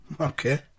Okay